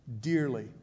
dearly